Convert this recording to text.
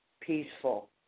peaceful